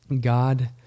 God